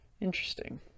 Interesting